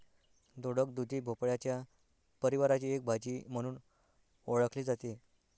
दोडक, दुधी भोपळ्याच्या परिवाराची एक भाजी म्हणून ओळखली जाते